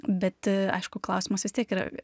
bet aišku klausimas vis tiek yra